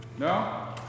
No